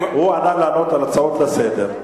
הוא עלה לענות על הצעות לסדר-היום.